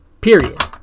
period